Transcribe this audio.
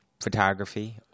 photography